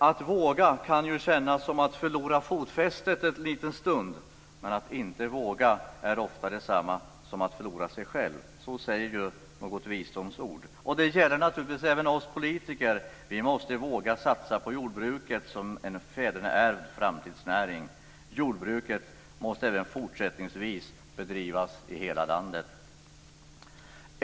Att våga kan kännas som att förlora fotfästet en liten stund, men att inte våga är ofta detsamma som att förlora sig själv - så säger ett visdomsord. Det gäller naturligtvis även oss politiker. Vi måste våga satsa på jordbruket som en fäderneärvd framtidsnäring. Jordbruket måste även fortsättningsvis bedrivas i hela landet.